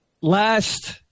Last